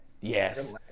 Yes